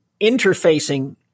interfacing